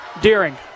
Deering